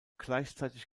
gleichzeitig